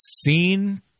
seen